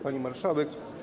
Pani Marszałek!